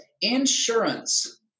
insurance